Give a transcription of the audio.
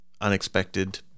unexpected